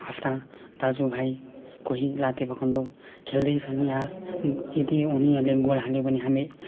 आफ्ना दाजु भाइ कोही लाते भकुन्डो खेल्दैछन् या यदि उनीहरूले गोल हाल्यो भने हामी